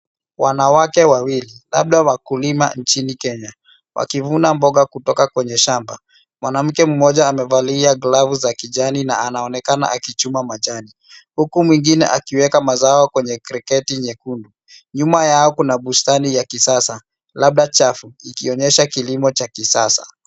Wanawake wawili labda wakulima nchini Kenya. Wakivuna mboga kutoka kwenye shamba. Mwanamke mmoja amevalia glavu za kijani na anaonekana akichuma majani huku mwingine akiweka mazao kwenye kireketi nyekundu. Nyuma yao kuna bustani ya kisasa labda chafu ikionyesha kilimo cha kisasa.